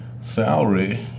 salary